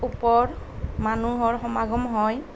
ওপৰ মানুহৰ সমাগম হয়